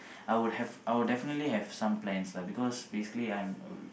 I would have I would definitely have some plans because basically I'm